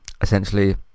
essentially